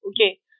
okay